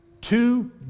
Two